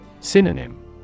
Synonym